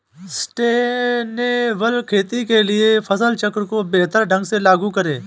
sustainable खेती के लिए फसल चक्र को बेहतर ढंग से लागू करें